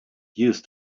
used